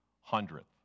hundredth